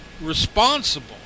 responsible